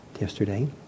yesterday